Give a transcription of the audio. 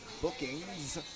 Bookings